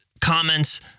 comments